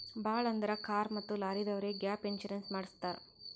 ಭಾಳ್ ಅಂದುರ್ ಕಾರ್ ಮತ್ತ ಲಾರಿದವ್ರೆ ಗ್ಯಾಪ್ ಇನ್ಸೂರೆನ್ಸ್ ಮಾಡುಸತ್ತಾರ್